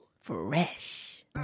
Fresh